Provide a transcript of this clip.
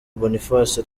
boniface